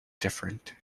different